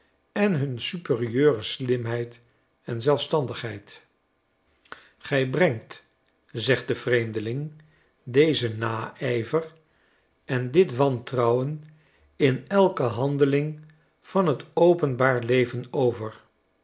en hun superieure slimheid en zelfstandigheid gij brengt zegt de vreemdeling dezen naijver en dit wantrouwen in elke handeling van het openbaar leven over